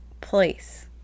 place